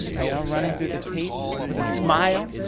you know, running through the tape with a smile.